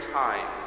time